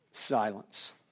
silence